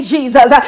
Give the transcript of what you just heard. Jesus